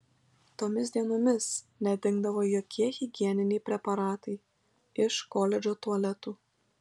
tomis dienomis nedingdavo jokie higieniniai preparatai iš koledžo tualetų